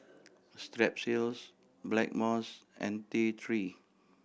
Strepsils Blackmores and T Three